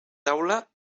taula